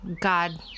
God